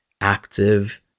active